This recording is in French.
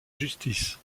justice